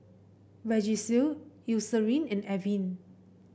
Vagisil Eucerin and Avene